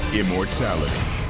immortality